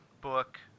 book